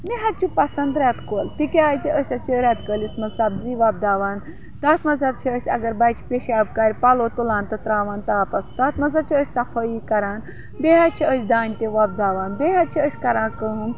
مےٚ حظ چھُ پَسنٛد رٮ۪تہٕ کول تِکیٛازِ أسۍ حظ چھِ رٮ۪تہٕ کٲلِس منٛز سبزی وۄبداوان تَتھ منٛز حظ چھِ أسۍ اگر بَچہِ پیشاب کَرِ پَلو تُلان تہٕ ترٛاوان تاپَس تَتھ منٛز حظ چھِ أسۍ صفٲیی کَران بیٚیہِ حظ چھِ أسۍ دانہِ تہِ وۄبداوان بیٚیہِ حظ چھِ أسۍ کَران کٲم